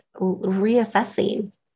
reassessing